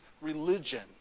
religion